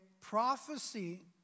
prophecy